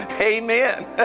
amen